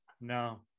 No